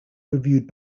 reviewed